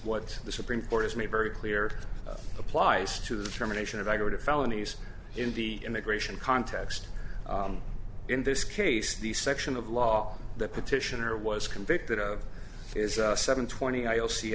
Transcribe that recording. what the supreme court has made very clear applies to the termination of i go to felonies in the immigration context in this case the section of law that petitioner was convicted of is seven twenty i o c